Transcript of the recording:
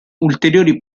ulteriori